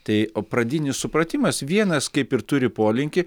tai o pradinis supratimas vienas kaip ir turi polinkį